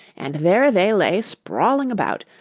and there they lay sprawling about,